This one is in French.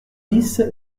dix